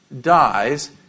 dies